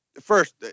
First